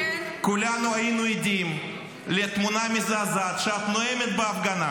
כולנו היינו עדים לתמונה מזעזעת שאת נואמת בהפגנה